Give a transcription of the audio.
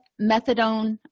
methadone